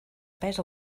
pes